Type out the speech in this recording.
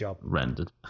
rendered